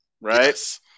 right